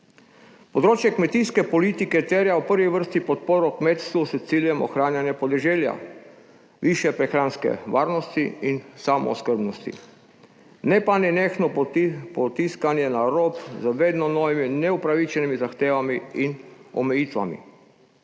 Področje kmetijske politike terja v prvi vrsti podporo kmetstvu s ciljem ohranjanja podeželja, višje prehranske varnosti in samooskrbnosti, ne pa nenehno potiskanje na rob z vedno novimi neupravičenimi zahtevami in omejitvami.